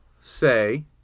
say